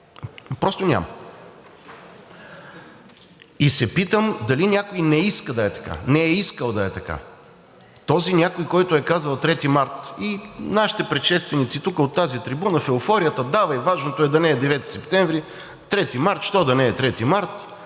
Просто няма! И се питам дали някой не иска да е така, не е искал да е така?! Този някой, който е казал: 3 март, и нашите предшественици тук, от тази трибуна, в еуфорията – давай, важно е, не е 9 септември, що да не е 3 март,